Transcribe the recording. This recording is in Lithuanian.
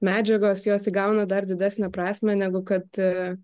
medžiagos jos įgauna dar didesnę prasmę negu kad